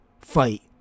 fight